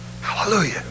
Hallelujah